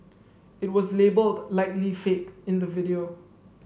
it was labelled Likely Fake in the video